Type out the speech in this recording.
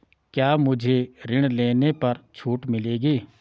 क्या मुझे ऋण लेने पर छूट मिलेगी?